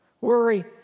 Worry